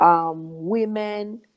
women